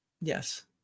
Yes